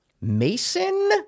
Mason